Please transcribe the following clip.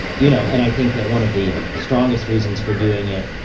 you know, and i think that one of the strongest reasons for doing it.